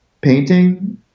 painting